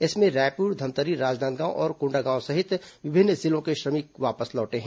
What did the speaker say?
इसमें रायपुर धमतरी राजनांदगांव और कोंडागांव सहित विभिन्न जिलों के श्रमिक वापस लौटे हैं